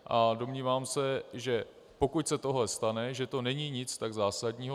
A domnívám se, že pokud se tohle stane, že to není nic tak zásadního.